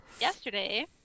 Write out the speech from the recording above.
yesterday